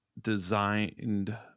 designed